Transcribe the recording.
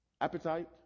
appetite